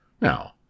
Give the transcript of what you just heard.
Now